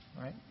right